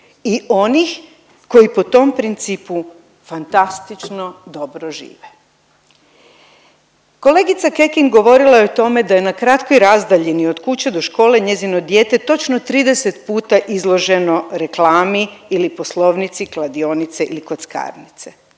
i onih koji po tom principu fantastično dobro žive. Kolegica Kekin govorila je o tome da je na kratkoj razdaljini od kuće do škole njezino dijete točno 30 puta izloženo reklami ili poslovnici kladionice ili kockarnice.